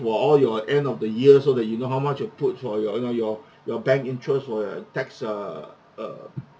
for all your end of the year so that you know you put for your you know your your bank interest for your tax uh uh uh